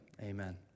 amen